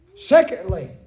Secondly